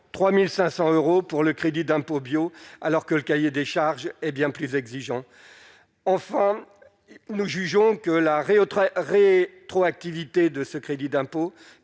3500 euros pour le crédit d'impôt bio alors que le cahier des charges et bien plus exigeants en forme, nous jugeons que l'art et autres trop activités de ce crédit d'impôt